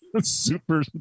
super